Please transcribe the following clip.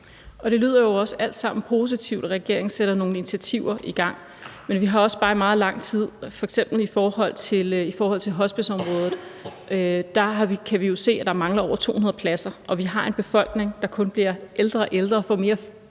Det lyder også alt sammen positivt, at regeringen sætter nogle initiativer i gang. Men vi kan jo se, at der på f.eks. hospiceområdet mangler over 200 pladser, og at vi har en befolkning, der kun bliver ældre og ældre og får mere